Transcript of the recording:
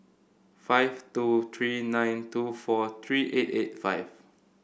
five two three nine two four three eight eight five